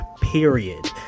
period